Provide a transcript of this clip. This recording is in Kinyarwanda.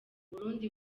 burundi